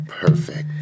Perfect